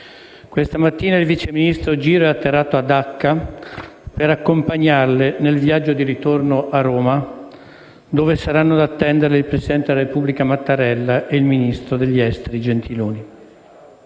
Questa mattina il vice ministro Giro è atterrato a Dacca per accompagnarle nel viaggio di ritorno a Roma, dove saranno ad attenderli il presidente Mattarella e il ministro degli esteri Gentiloni.